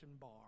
bar